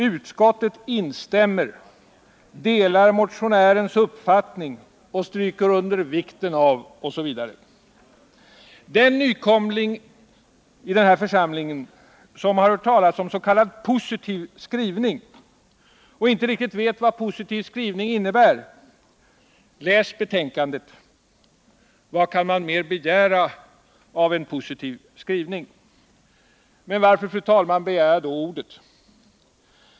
Utskottet instämmer, ”delar motionärens uppfattning”, ”vill stryka under vikten av” osv. Den nykomling i den här församlingen som har hört talas om s.k. positiv skrivning och inte riktigt vet vad en sådan innebär — läs betänkandet! Vad mer kan man begära av en positiv skrivning? Men varför begär jag då ordet?